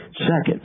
Second